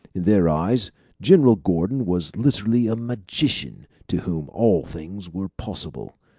in their eyes general gordon was literally a magician to whom all things were possible.